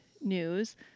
news